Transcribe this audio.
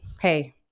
hey